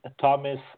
Thomas